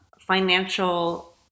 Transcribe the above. financial